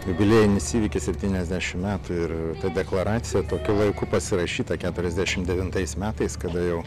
jubiliejinis įvykis septyniasdešimt metų ir ta deklaracija tokiu laiku pasirašyta keturiasdešimt devintais metais kada jau